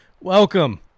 Welcome